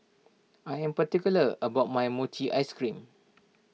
I am particular about my Mochi Ice Cream